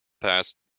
past